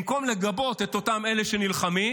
במקום לגבות את אותם אלה שנלחמים,